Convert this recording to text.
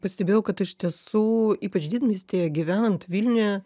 pastebėjau kad iš tiesų ypač didmiestyje gyvenant vilniuje